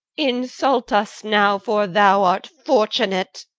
insult us now, for thou art fortunate!